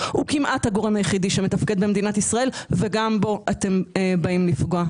הוא כמעט הגורם היחידי שמתפקד במדינת ישראל וגם בו אתם באים לפגוע.